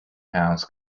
powers